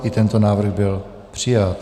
I tento návrh byl přijat.